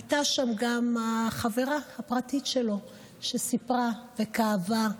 הייתה שם גם החברה הפרטית שלו שסיפרה וכאבה.